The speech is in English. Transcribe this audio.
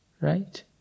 Right